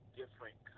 different